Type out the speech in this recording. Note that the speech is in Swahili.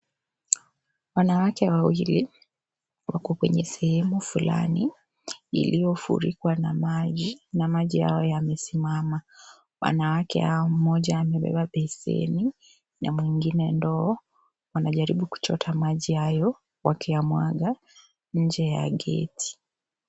Wanawake wawili, wako kwenye sehemu fulani iliyofunikwa na maji na maji hayo yamesimama. Wanawake hawa, mmoja amebeba beseni na mwingine ndoo wanajaribu kuchota maji hayo wakiyamwaga nje ya geti.